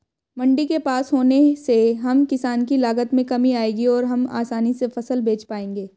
मंडी के पास होने से हम किसान की लागत में कमी आएगी और हम आसानी से फसल बेच पाएंगे